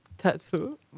tattoo